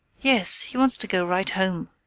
yes he wants to go right home.